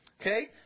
Okay